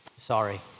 sorry